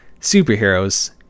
superheroes